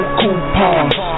coupons